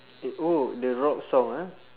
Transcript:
eh oh the rock song ah